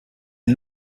are